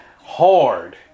Hard